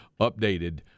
updated